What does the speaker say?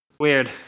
Weird